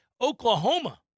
Oklahoma